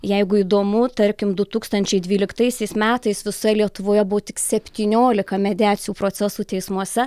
jeigu įdomu tarkim du tūkstančiai dvyliktaisiais metais visoje lietuvoje buvo tik septyniolika mediacijų procesų teismuose